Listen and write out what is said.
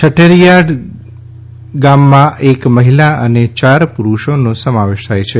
છઠિયારડા ગામના એક મહિલા અને ચાર પુરૂષોનો સમાવેશ થાય છે